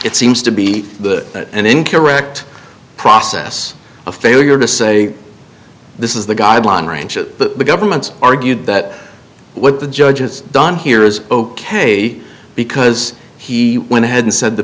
it seems to be that an incorrect process a failure to say this is the guideline range that the government's argued that what the judge is done here is ok because he went ahead and said the